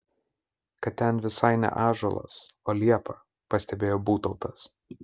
kad ten visai ne ąžuolas o liepa pastebėjo būtautas